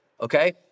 okay